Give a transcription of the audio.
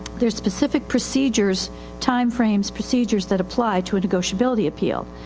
thereis specific procedures timeframes, procedures that apply to a negotiability appeal.